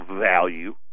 value